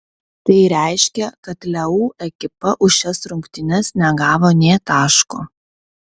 tai reiškia kad leu ekipa už šias rungtynes negavo nė taško